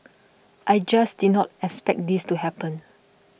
I just did not expect this to happen